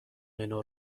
منو